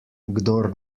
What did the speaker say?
kdor